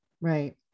Right